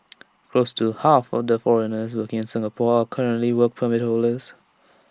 close to half order foreigners working in Singapore are currently Work Permit holders